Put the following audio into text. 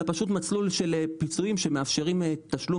אלא פשוט מסלול של פיצויים שמאפשרים תשלום